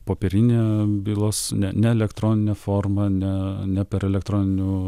popierinę bylos ne ne elektroninę formą ne ne per elektroninių